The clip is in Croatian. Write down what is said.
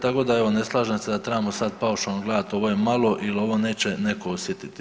Tako da evo ne slažem se da trebamo sad paušalno gledat ovo je malo il ovo neće neko osjetiti.